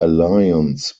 alliance